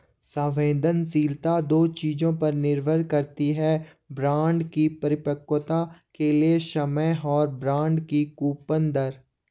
संवेदनशीलता दो चीजों पर निर्भर करती है बॉन्ड की परिपक्वता के लिए समय और बॉन्ड की कूपन दर